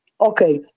Okay